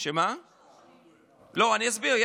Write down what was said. אני אסביר.